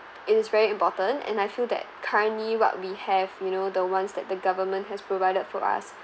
it is very important and I feel that currently what we have you know the ones that the government has provided for us